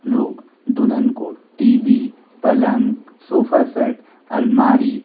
लोग दुल्हन को टी वी पलंग सोफा सेट अलमारी